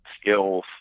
skills